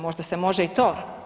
Možda se može i to?